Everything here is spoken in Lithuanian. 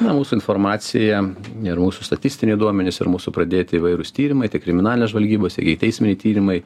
na mūsų informacija ir mūsų statistiniai duomenys ir mūsų pradėti įvairūs tyrimai tai kriminalinės žvalgybos ikiteisminiai tyrimai